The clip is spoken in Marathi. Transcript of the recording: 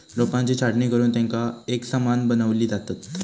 रोपांची छाटणी करुन तेंका एकसमान बनवली जातत